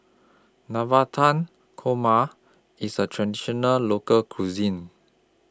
Navratan Korma IS A Traditional Local Cuisine